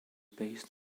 based